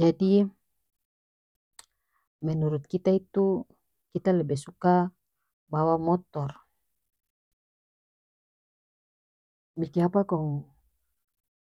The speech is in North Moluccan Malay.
Jadi menurut kita itu kita lebe suka bawa motor bikiapa kong